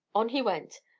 on he went,